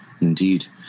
indeed